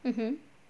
mmhmm